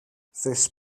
this